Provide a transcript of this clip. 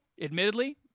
Admittedly